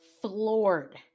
floored